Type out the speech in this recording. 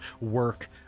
work